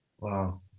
Wow